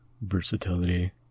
versatility